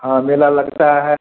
हाँ मेला लगता है